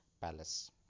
palace